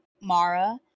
Mara